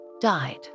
died